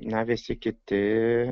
na visi kiti